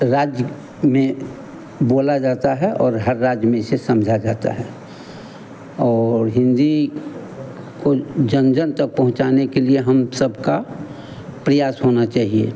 राज्य में बोला जाता है और हर राज्य में इसे समझा जाता है और हिन्दी को जन जन तक पहुँचाने के लिए हम सबका प्रयास होना चाहिए